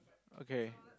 okay